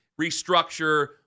restructure